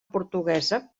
portuguesa